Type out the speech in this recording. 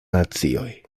nacioj